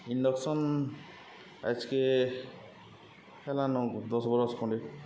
induction ଆଏଜ୍କେ ହେଲାନ ଦଶ୍ ବରଷ୍ ଖଣେ